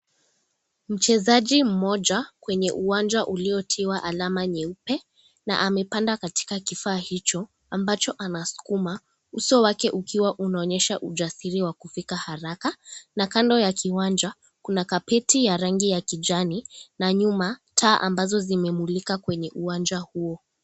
Mchezaji mmoja kwenye uwanja uliotiwa alama nyeupe na amepanda katika kifaa hicho ambacho anaskuma, uso wake ukiwa unaonyesha ujasiri wa kufika haraka, na kando ya kiwanja kuna kapeti ya rangi ya kijani, na nyuma taa ambazo zimemulika kwenye uwanja huo.